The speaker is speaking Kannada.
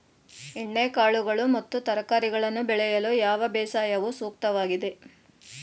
ಎಣ್ಣೆಕಾಳುಗಳು ಮತ್ತು ತರಕಾರಿಗಳನ್ನು ಬೆಳೆಯಲು ಯಾವ ಬೇಸಾಯವು ಸೂಕ್ತವಾಗಿದೆ?